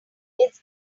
it’s